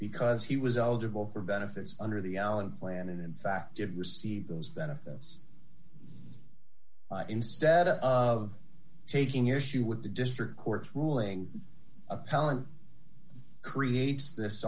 because he was eligible for benefits under the allen plan and in fact did receive those benefits instead of taking issue with the district court ruling appellant creates this